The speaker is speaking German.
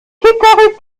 kikeriki